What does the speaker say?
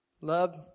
Love